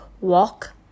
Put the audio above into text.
walk